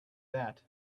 that